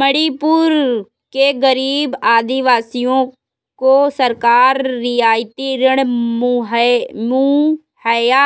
मणिपुर के गरीब आदिवासियों को सरकार रियायती ऋण मुहैया